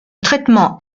traitement